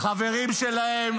החברים שלהם,